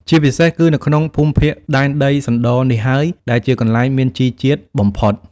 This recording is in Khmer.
ជាពិសេស គឺនៅក្នុងភូមិភាគដែនដីសណ្ដនេះហើយដែលជា កន្លែងមានជីរជាតិបំផុត។